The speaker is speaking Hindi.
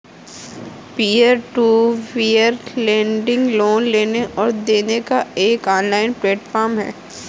peer to peer lending loan लेने और देने का एक ऑनलाइन प्लेटफ़ॉर्म है